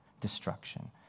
destruction